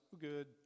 good